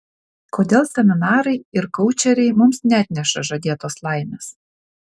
kodėl seminarai ir koučeriai mums neatneša žadėtos laimės